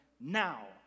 now